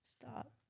Stop